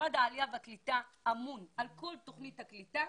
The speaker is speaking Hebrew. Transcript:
משרד העלייה והקליטה אמון על כל תוכנית הקליטה,